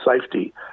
safety